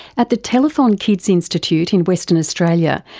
at the telethon kids institute in western australia,